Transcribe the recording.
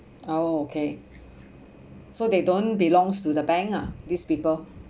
oh okay so they don't belongs to the bank ah these people